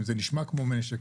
אם זה נשמע כמו נשק,